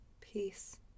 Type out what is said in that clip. Peace